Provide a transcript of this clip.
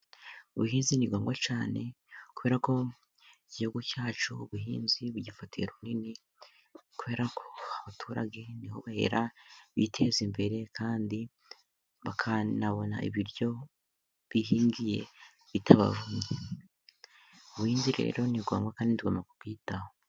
Ubuhinzi ni ngombwa cyane kuberako mu gihugu cyacu ubuhinzi bugifatiye runini, kuberako abaturage ni ho bahera biteza imbere kandi bakanabona ibiryo bihingiye bitabavunnye . Ubuhinzi rero ni ngombwa kandi tugomba kubwitaho.